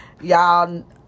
Y'all